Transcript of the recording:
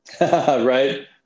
right